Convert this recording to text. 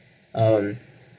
um